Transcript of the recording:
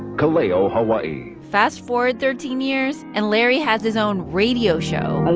ka leo hawai'i. fast forward thirteen years, and larry has his own radio show. and